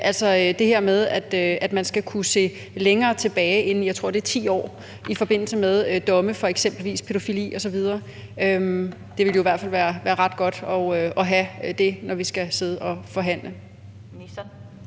det her med, at man skal kunne se længere tilbage end 10 år, tror jeg det er, i forbindelse med domme for eksempelvis pædofili. Det ville jo i hvert fald være ret godt at have det, når vi skal sidde og forhandle. Kl.